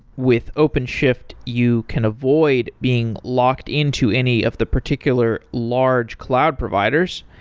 with openshift, you can avoid being locked into any of the particular large cloud providers.